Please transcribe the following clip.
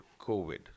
COVID